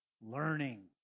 learning